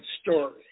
story